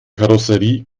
karosserie